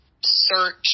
search